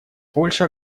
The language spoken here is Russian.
польша